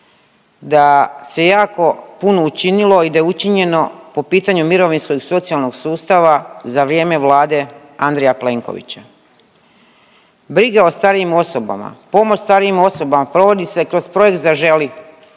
da se jako puno učinilo i da je učinjeno po pitanju mirovinskog i socijalnog sustava za vrijeme vlade Andrija Plenkovića. Brige o starijim osobama, pomoć starijim osobama provodi se kroz projekt Zaželi,